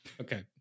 Okay